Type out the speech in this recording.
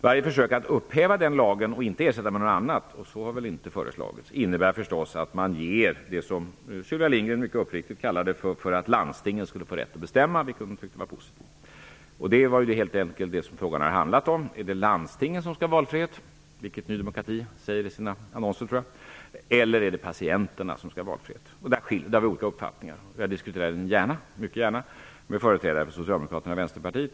Varje försök att upphäva den lagen och inte ersätta den med något annat -- vilket väl inte har föreslagits -- innebär förstås att man medger det som Sylvia Lindgren mycket uppriktigt kallar för landstingets rätt att få bestämma, vilket hon tycker är positivt. Det är egentligen det som frågan handlar om. Är det landstingen som skall ha valfrihet -- vilket Ny demokrati säger i sina annonser, om jag minns rätt, eller är det patienterna som skall ha valfrihet? Där har vi olika uppfattningar. Jag diskuterar mycket gärna den saken med företrädare för Socialdemokraterna och Vänsterpartiet.